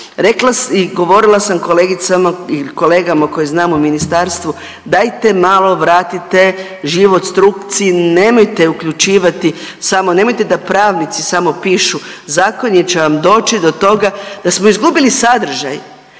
je i govorila sam kolegicama i kolegama koje znam u ministarstvu dajte malo vratite život struci, nemojte uključivati samo, nemojte da pravnici samo pišu zakon jer će vam doći do toga da smo izgubili sadržaj.